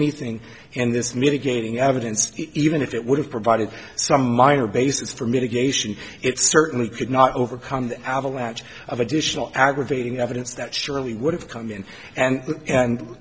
anything and this mitigating evidence even if it would have provided some minor basis for mitigation it certainly could not overcome the avalanche of additional aggravating evidence that surely would have come in and and